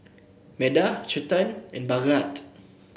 Medha Chetan and Bhagat